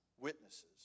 witnesses